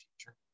future